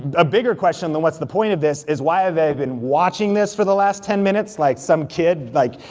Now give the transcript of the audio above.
a bigger question than what's the point of this, is why have i been watching this for the last ten minutes, like some kid, like,